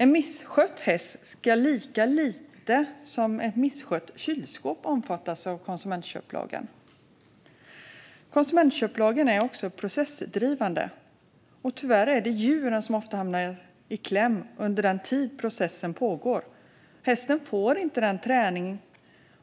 En misskött häst ska lika lite som ett misskött kylskåp omfattas av konsumentköplagen. Konsumentköplagen är också processdrivande, och djur hamnar tyvärr ofta i kläm under den tid processen pågår. Hästen får inte den träning